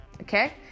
okay